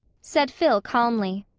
said phil calmly.